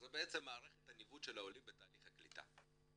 זו בעצם מערכת הניווט של העולים בתהליך הקליטה.